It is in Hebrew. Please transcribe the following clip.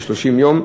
ל-30 יום.